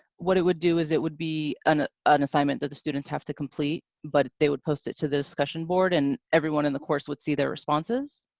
what it would do is it would be an an assignment that the students have to complete, but they would post it to the discussion board and everyone in the course would see their responses.